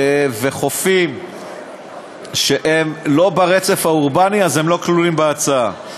וחופים שהם לא ברצף האורבני, הם לא כלולים בהצעה.